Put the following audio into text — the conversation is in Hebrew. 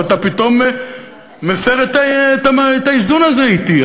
ואתה פתאום מפר את האיזון הזה אתי.